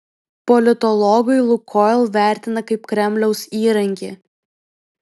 politologai lukoil vertina kaip kremliaus įrankį